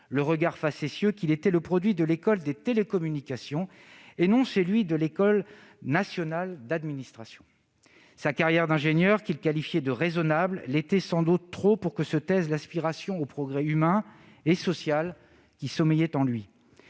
le regard facétieux, qu'il était le produit de l'École des télécommunications, et non celui de l'École nationale d'administration. Sa carrière d'ingénieur, qu'il qualifiait de « raisonnable », l'était sans doute trop pour que se taise l'aspiration au progrès humain et social qui sommeillait en lui.